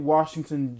Washington